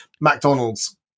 McDonald's